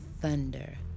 thunder